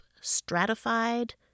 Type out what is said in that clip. stratified